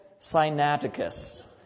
Sinaticus